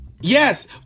Yes